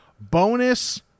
bonus